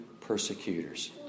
persecutors